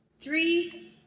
Three